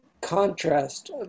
contrast